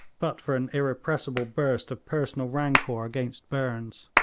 but for an irrepressible burst of personal rancour against burnes.